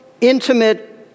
intimate